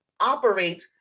operate